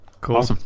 Cool